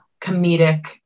comedic